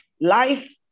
life